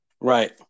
Right